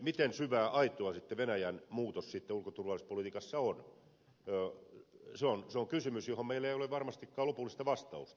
miten syvää aitoa sitten venäjän muutos ulko ja turvallisuuspolitiikassa on se on kysymys johon meillä ei ole varmastikaan lopullista vastausta